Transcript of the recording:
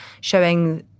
showing